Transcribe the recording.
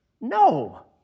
No